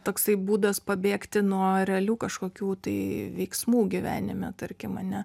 toksai būdas pabėgti nuo realių kažkokių tai veiksmų gyvenime tarkim ane